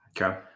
Okay